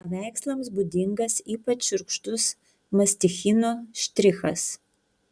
paveikslams būdingas ypač šiurkštus mastichinų štrichas